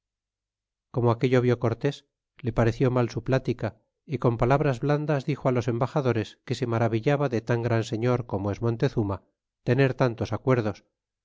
como aquello vió cortés le pareció mal su plática é con palabras blandas dixo los embaxadores que se maravillaba de tan gran señor como es montezuma tener tantos acuerdos